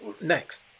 next